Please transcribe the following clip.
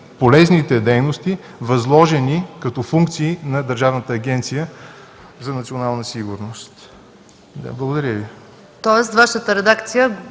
полезните дейности, възложени като функции на Държавната агенция „Национална сигурност”. Благодаря Ви.